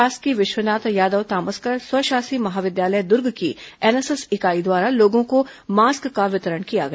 शासकीय विश्वनाथ यादव तामस्कर स्वशासी महाविद्यालय दुर्ग की एनएसएस इकाई द्वारा लोगों को मास्क का वितरण किया गया